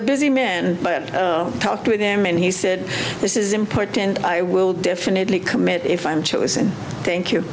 a busy man i had talked with him and he said this is important and i will definitely commit if i'm chosen thank you